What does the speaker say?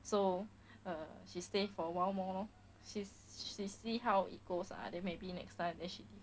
so err she stay for a while more lor see s~ she see how it goes lah then maybe next time then she